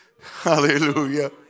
Hallelujah